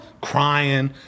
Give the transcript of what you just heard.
Crying